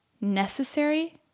necessary